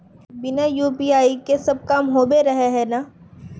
बिना यु.पी.आई के सब काम होबे रहे है ना?